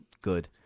good